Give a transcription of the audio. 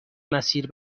مسیر